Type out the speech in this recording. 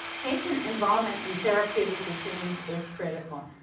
haitian involvement in therapeutic decisions is critical.